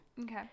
Okay